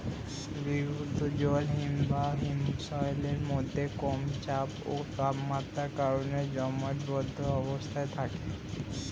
বরফীভূত জল হিমবাহ বা হিমশৈলের মধ্যে কম চাপ ও তাপমাত্রার কারণে জমাটবদ্ধ অবস্থায় থাকে